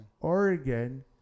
Oregon